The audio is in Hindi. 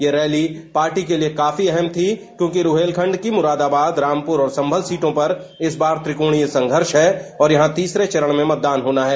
ये रैली पार्टी के लिए काफी अहम थी क्योंकि रुहेलखंड की मुराबादाबाद रामपुर और संभल सीटों पर इस बार त्रिकोणीय संघर्ष है और यहां तीसरे चरण में मतदान होना है